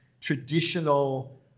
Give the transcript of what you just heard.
traditional